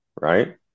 right